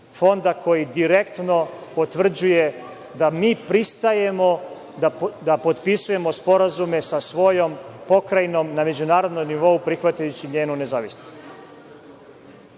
fonda koji direktno potvrđuje da mi pristajemo da potpisujemo sporazume sa svojom pokrajinom na međunarodnom nivou, prihvatajući njenu nezavisnost. To